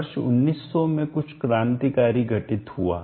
वर्ष 1900 में कुछ क्रांतिकारी घटित हुआ